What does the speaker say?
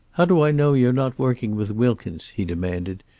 how do i know you are not working with wilkins? he demanded.